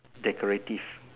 decorative